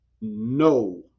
no